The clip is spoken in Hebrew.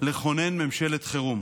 לכונן ממשלת חירום.